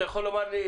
אתה יכול לומר לי,